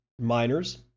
miners